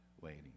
waiting